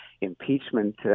impeachment